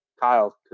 Kyle